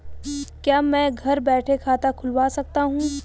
क्या मैं घर बैठे खाता खुलवा सकता हूँ?